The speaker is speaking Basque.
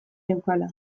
neukala